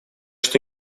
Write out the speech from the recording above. что